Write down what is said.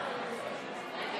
הודעה אישית.